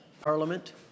Parliament